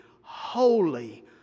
holy